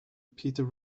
peter